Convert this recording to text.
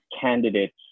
candidates